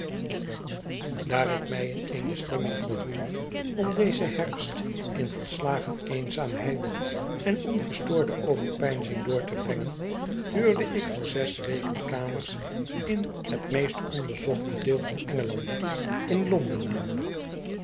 daar ik mij in eene stemming gevoel om dezen herfst in volslagen eenzaamheid on ongestoorde overpeinzing door te brengen huurde ik voor zes weken kamers in het meest onbezochte deel van engeland in londen namelijk